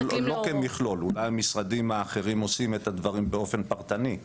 אולי המשרדים האחרים עושים את הדברים באופן פרטני,